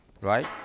right